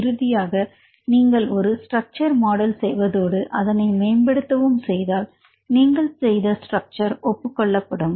இறுதியாக நீங்கள் ஒரு ஸ்ட்ரக்ச்சர் மாடல் செய்வதோடு அதனை மேம்படுத்தவும் செய்தால் நீங்கள் செய்த ஸ்ட்ரெச்சர் ஒப்புக் கொள்ளப்படும்